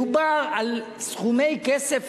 מדובר על סכומי עתק